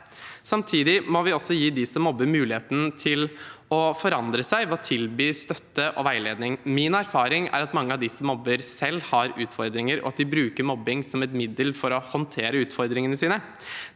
Samtidig må vi også gi dem som mobber, muligheten til å forandre seg ved å tilby støtte og veiledning. Min erfaring er at mange av dem som mobber, selv har utfordringer, og at de bruker mobbing som et middel for å håndtere utfordringene sine.